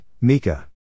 Mika